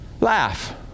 Laugh